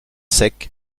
sec